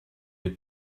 les